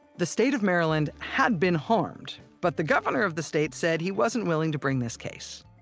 the state of maryland had been harmed, but the governor of the state said he wasn't willing to bring this case.